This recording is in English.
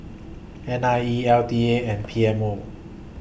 N I E L T A and P M O